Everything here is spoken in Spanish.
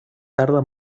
tarda